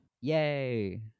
Yay